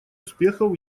успехов